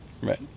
Right